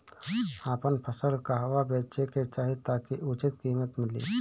आपन फसल कहवा बेंचे के चाहीं ताकि उचित कीमत मिली?